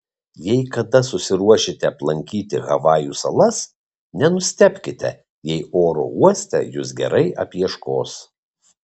jei kada susiruošite aplankyti havajų salas nenustebkite jei oro uoste jus gerai apieškos